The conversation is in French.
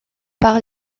par